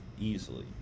easily